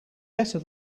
better